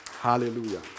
Hallelujah